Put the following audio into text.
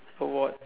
award